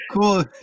cool